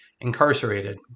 incarcerated